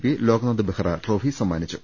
P Loknath Behera trophy സമ്മാനിച്ചു